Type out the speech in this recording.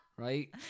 Right